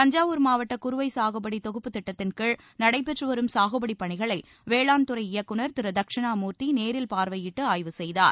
தஞ்சாவூர் மாவட்ட குறுவை சாகுபடி தொகுப்புத் திட்டத்தின் கீழ் நடைபெற்று வரும் சாகுபடிப் பணிகளை வேளாண் துறை இயக்குநர் திரு தட்சிணாமூர்த்தி நேரில பார்வையிட்டு ஆய்வு செய்தார்